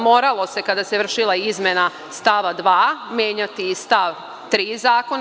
Moralo se kada se vršila izmena stava 2. menjati i stav 3. Zakona.